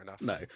no